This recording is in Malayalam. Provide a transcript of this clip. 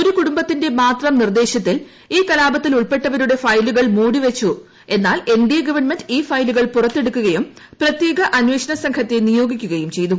ഒരു കുടംബത്തിന്റെ മാത്രം നിർദ്ദേശൃത്തിൽ ഈ കലാപത്തിൽ ഉൾപ്പെട്ടവരുടെ ഫയലുകൾ മൂടി ്വച്ചു എന്നാൽ എൻ ഡി എ ഗവൺമെന്റ് ഈ ഫയലുകൾ പുറത്തെടുക്കുകയും പ്രത്യേക അന്വേഷണ സംഘത്തെ നിയോഗിക്കുകയും ചെയ്തു